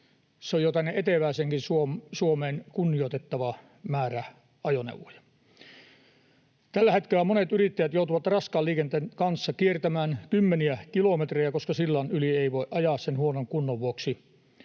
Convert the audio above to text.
Se on jo tänne eteläiseenkin Suomeen verrattuna kunnioitettava määrä ajoneuvoja. Tällä hetkellä monet yrittäjät joutuvat raskaan liikenteen kanssa kiertämään kymmeniä kilometrejä, koska sillan yli ei voi ajaa sen huonon kunnon vuoksi.